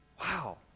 Wow